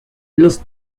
los